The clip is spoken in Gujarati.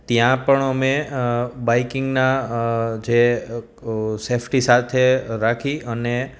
ત્યાં પણ અમે બાઈકિંગના જે સેફટી સાથે રાખી અને